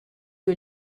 que